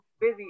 busy